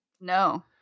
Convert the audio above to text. No